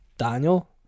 Daniel